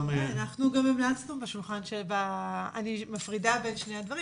אנחנו גם המלצנו בשולחן אני מפרידה בין שני הדברים